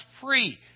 free